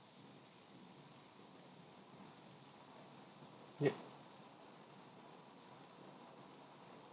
yeah